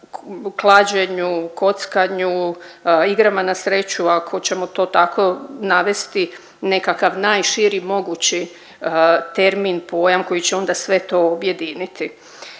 klađenju, kockanju, igrama na sreću ako ćemo to tako navesti nekakav najširi mogući termin, pojam koji će onda sve to objediniti.